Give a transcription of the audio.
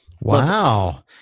Wow